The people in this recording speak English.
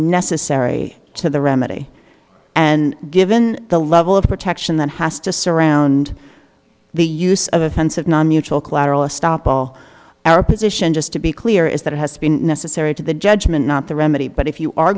necessary to the remedy and given the level of protection that has to surround the use of offensive non neutral collateral estoppel our position just to be clear is that it has been necessary to the judgment not the remedy but if you are